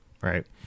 Right